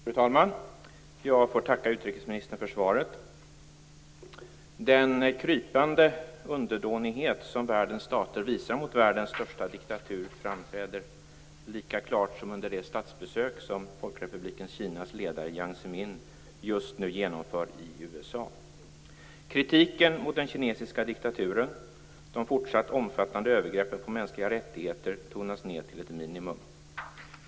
Fru talman! Jag får tacka utrikesministern för svaret. Den krypande underdånighet som världens stater visar mot världens största diktatur framträder lika klart som under det statsbesök som Folkrepubliken Kinas ledare Jiang Zemin just nu genomför i USA. Kritiken mot den kinesiska diktaturen och de fortsatt omfattande övergreppen på mänskliga rättigheter tonas ned till ett minimum.